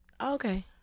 Okay